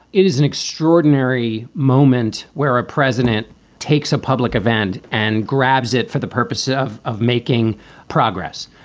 it is an extraordinary moment where a president takes a public event and grabs it for the purpose of of making progress.